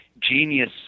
genius